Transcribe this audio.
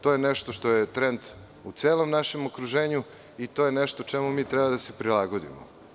To je nešto što je trend u celom našem okruženju i to je nešto čemu treba da se prilagodimo.